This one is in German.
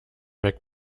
weg